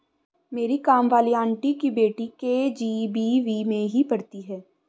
मेरी काम वाली आंटी की बेटी के.जी.बी.वी में ही पढ़ती है